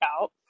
out